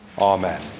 Amen